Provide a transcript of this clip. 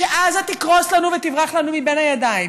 עזה תקרוס לנו ותברח לנו מבין הידיים,